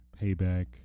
payback